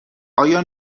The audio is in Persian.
آیا